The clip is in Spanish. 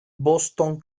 boston